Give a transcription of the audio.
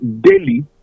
daily